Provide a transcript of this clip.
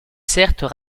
certes